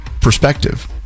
perspective